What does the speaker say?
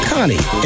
Connie